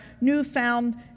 newfound